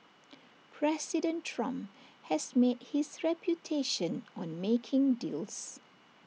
President Trump has made his reputation on making deals